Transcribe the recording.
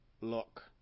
look